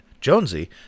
Jonesy